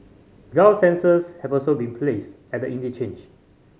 ground sensors have also been placed at the interchange